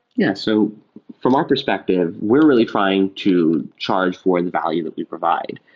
yeah so from our perspective, we're really trying to charge for the value that we provide.